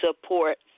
support